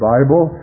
Bible